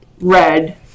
red